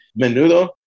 Menudo